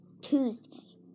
Tuesday